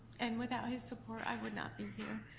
and without his support i would not be here.